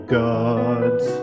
gods